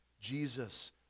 Jesus